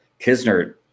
Kisner